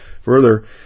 Further